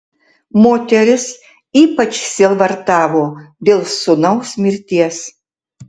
moteris ypač sielvartavo dėl sūnaus mirties